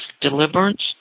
deliverance